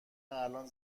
الان